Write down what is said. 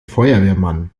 feuerwehrmann